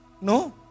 No